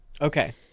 okay